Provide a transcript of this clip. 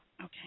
Okay